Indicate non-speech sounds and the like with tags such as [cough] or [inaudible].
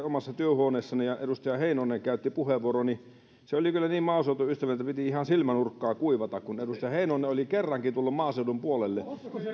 [unintelligible] omassa työhuoneessani ja kun edustaja heinonen käytti puheenvuoron niin se oli kyllä niin maaseutuystävällinen että piti ihan silmänurkkaa kuivata kun edustaja heinonen oli kerrankin tullut maaseudun puolelle